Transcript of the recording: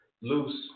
loose